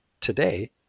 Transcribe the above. today